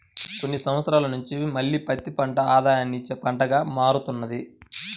కొన్ని సంవత్సరాల నుంచి మళ్ళీ పత్తి మంచి ఆదాయాన్ని ఇచ్చే పంటగా మారుతున్నది